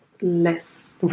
less